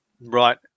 Right